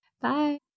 Bye